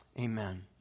amen